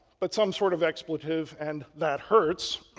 but some sort of expletive and that hurts